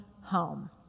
home